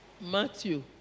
Matthew